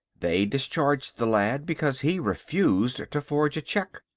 they discharged the lad because he refused to forge a cheque.